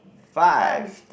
five